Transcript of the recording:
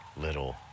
little